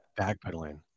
backpedaling